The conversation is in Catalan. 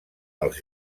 els